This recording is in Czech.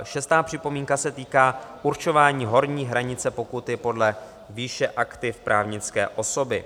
Šestá připomínka se týká určování horní hranice pokuty podle výše aktiv právnické osoby.